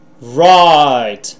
Right